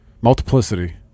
Multiplicity